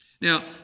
Now